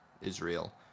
Israel